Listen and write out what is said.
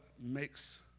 makes